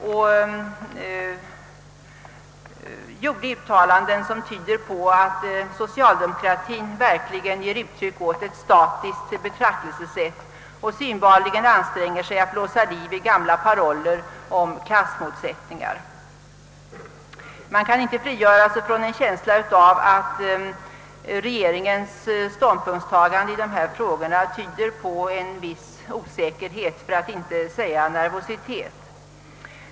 Han fällde uttalanden som tyder på att socialdemokratien verkligen ger uttryck åt ett statiskt betraktelsesätt och synbarligen anstränger sig att blåsa liv i gamla paroller om klassmotsättningar. Man kan inte frigöra sig från en känsla av att regeringens aggresivitet i dessa frågor tyder på osäkerhet för att inte säga nervositet.